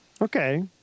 Okay